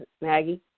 Maggie